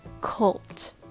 cult